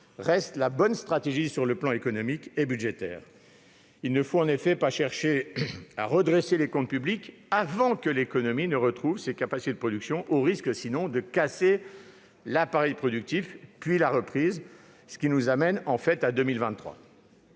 reste la bonne stratégie sur le plan économique et budgétaire. Il ne faut pas chercher à redresser les comptes publics avant que l'économie retrouve ses capacités de production au risque, sinon, de casser l'appareil productif, puis la reprise, ce qui nous amène en fait à 2023.